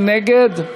מי נגד?